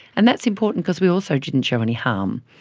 and that's important because we also didn't show any harm.